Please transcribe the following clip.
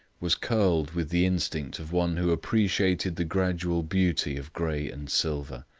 was curled with the instinct of one who appreciated the gradual beauty of grey and silver.